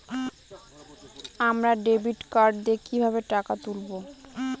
আমরা debit card দিয়ে কিভাবে টাকা তুলবো?